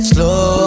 Slow